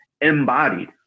embodied